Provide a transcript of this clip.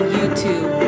YouTube